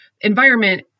environment